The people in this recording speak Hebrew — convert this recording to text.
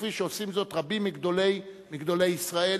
כפי שעושים זאת רבים מגדולי ישראל,